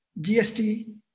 GST